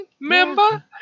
Remember